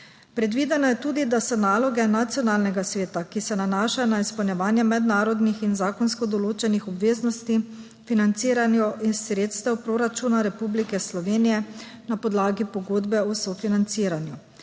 Predvideno je tudi, da se naloge nacionalnega sveta, ki se nanašajo na izpolnjevanje mednarodnih in zakonsko določenih obveznosti, financirajo iz sredstev proračuna Republike Slovenije na podlagi pogodbe o sofinanciranju.